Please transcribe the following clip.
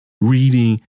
reading